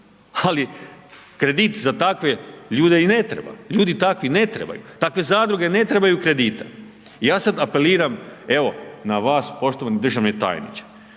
Ali kredit za takve ljude i ne treba. Ljudi takvi ne trebaju. Takve zadruge ne trebaju kredite. Ja sad apeliram evo na vas poštovani državni tajniče,